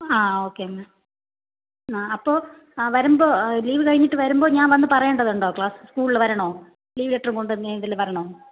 ആ okay ma'am ആ അപ്പോൾ വരുമ്പോൾ ലീവ് കഴിഞ്ഞിട്ട് വരുമ്പോൾ ഞാൻ വന്ന് പറയേണ്ടതുണ്ടോ ക്ലാസ് സ്കൂളിൽ വരണോ ലീവ് ലെറ്ററും കൊണ്ട് ഇനി എന്തേലും വരണോ